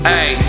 Hey